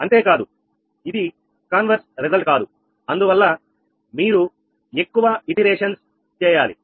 అంతేకాదు ఇది సంభాషణ ఫలితం కాదు అందువల్ల మీరు ఎక్కువ పునరావృత్తలు చేయాలి